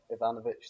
Ivanovic